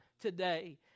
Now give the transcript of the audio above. today